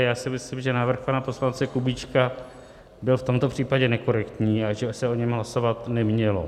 Já si myslím, že návrh pana poslance Kubíčka byl v tomto případě nekorektní a že se o něm hlasovat nemělo.